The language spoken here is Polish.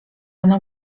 ona